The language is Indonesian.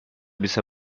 bisa